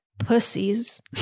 pussies